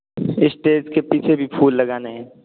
stage के पीछे भी फूल लगाने हैं